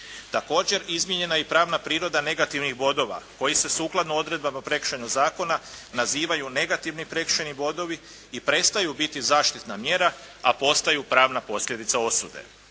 Također, izmijenjena je i pravna priroda negativnih bodova koji se sukladno odredbama Prekršajnog zakona nazivaju negativni prekršajni bodovi i prestaju biti zaštitna mjera a postaju pravna posljedica osude.